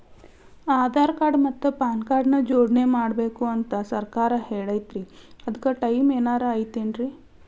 ಆಧಾರ ಮತ್ತ PAN card ನ ಜೋಡಣೆ ಮಾಡ್ಬೇಕು ಅಂತಾ ಸರ್ಕಾರ ಹೇಳೈತ್ರಿ ಅದ್ಕ ಟೈಮ್ ಏನಾರ ಐತೇನ್ರೇ?